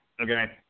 Okay